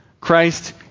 Christ